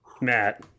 Matt